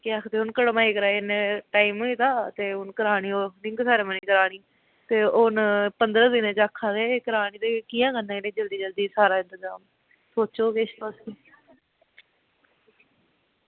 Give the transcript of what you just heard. केह् आखदे हून कड़माई कराई दा टाइम होई गेदा हून करना ओह् रिंग सेरेमनी करानी ते हून पंदरां दिनें च आक्खा दे हे करानी ते कि'यां करना इनें जल्दी जल्दी सारा इंतजाम सोचो किश तुस बी